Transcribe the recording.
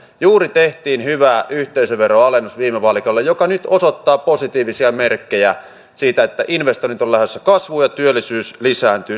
juuri tehtiin viime vaalikaudella hyvä yhteisöveron alennus joka nyt osoittaa positiivisia merkkejä siitä että investoinnit ovat lähdössä kasvuun ja työllisyys lisääntyy